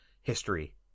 history